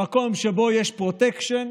במקום שבו יש פרוטקשן